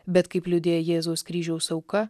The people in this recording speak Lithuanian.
bet kaip liudija jėzaus kryžiaus auka